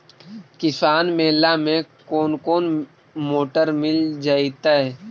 किसान मेला में कोन कोन मोटर मिल जैतै?